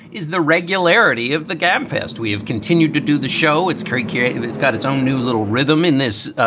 is the regularity of the gabfest. we have continued to do the show. it's creakier. it's got its own new little rhythm in this